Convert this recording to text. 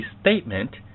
statement